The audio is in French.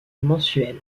mensuel